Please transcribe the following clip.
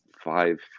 five